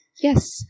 Yes